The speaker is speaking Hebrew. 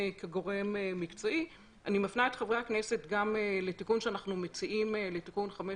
גורמי הממשלה נמצאים עדיין בשיח פנים